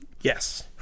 Yes